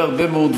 יש אולי פולמוס,